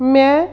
ਮੈਂ